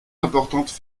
importantes